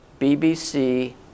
BBC